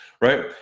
right